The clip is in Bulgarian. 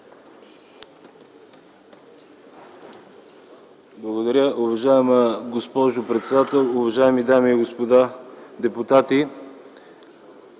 Благодаря.